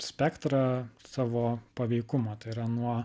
spektrą savo paveikumo tai yra nuo